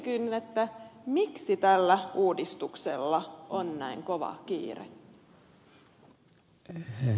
kysynkin miksi tällä uudistuksella on näin kova kiire